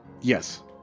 Yes